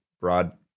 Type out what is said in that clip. broad